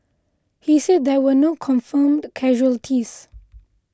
he said there were no confirmed casualties